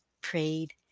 prayed